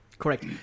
Correct